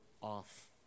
off